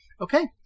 Okay